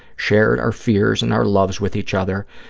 shared our fears and our loves with each other,